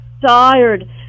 tired